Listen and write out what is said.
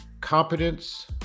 competence